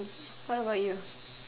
what about you